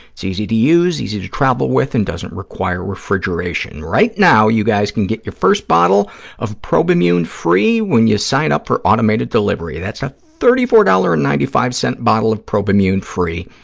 it's easy to use, easy to travel with and doesn't require refrigeration. right now you guys can get your first bottle of probimune free when you sign up for automated delivery. that's a thirty four dollars. ninety five bottle of probimune free,